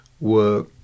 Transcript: work